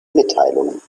mitteilungen